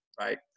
right